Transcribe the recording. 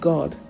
God